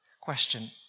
Question